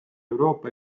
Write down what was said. euroopa